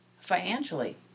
Financially